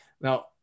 Now